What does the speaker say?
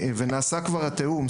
ונעשה כבר התיאום.